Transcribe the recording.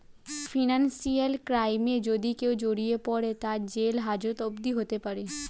financial ক্রাইমে যদি কেও জড়িয়ে পরে, তার জেল হাজত অবদি হতে পারে